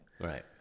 right